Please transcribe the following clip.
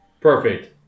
perfect